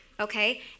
Okay